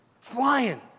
Flying